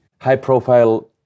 high-profile